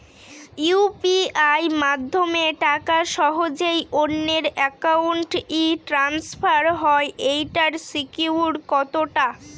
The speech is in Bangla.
ইউ.পি.আই মাধ্যমে টাকা সহজেই অন্যের অ্যাকাউন্ট ই ট্রান্সফার হয় এইটার সিকিউর কত টা?